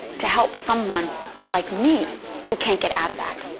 to help someone like me who can't get out of that?